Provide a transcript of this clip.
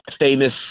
famous